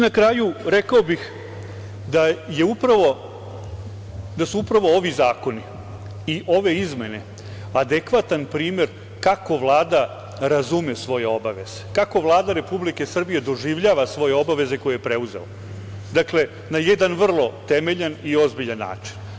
Na kraju, rekao bih da su upravo ovi zakoni i ove izmene adekvatan primer kako Vlada razume svoje obaveze, kako Vlada Republike Srbije doživljava svoje obaveze koje je preuzela, dakle na jedan vrlo temeljan i ozbiljan način.